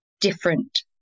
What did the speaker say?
different